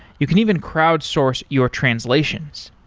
you can even crowd source your translations.